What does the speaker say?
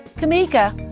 kameeka,